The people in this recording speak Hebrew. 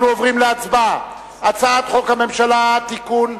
אנחנו עוברים להצבעה על הצעת חוק הממשלה (תיקון,